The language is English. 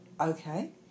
Okay